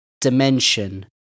dimension